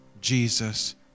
Jesus